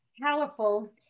powerful